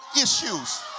issues